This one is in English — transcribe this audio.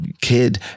kid